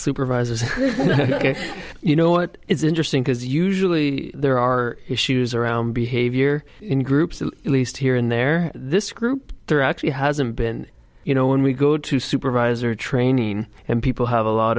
supervisors ok you know what is interesting because usually there are issues around behavior in groups at least here in there this group there are actually hasn't been you know when we go to supervisor training and people have a lot